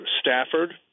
Stafford